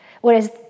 whereas